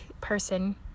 person